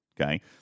okay